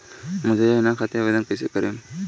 मुद्रा योजना खातिर आवेदन कईसे करेम?